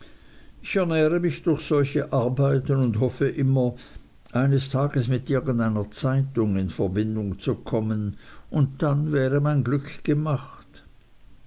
ich ernähre mich durch solche arbeiten und hoffe immer eines tages mit irgendeiner zeitung in verbindung zu kommen und dann wäre mein glück gemacht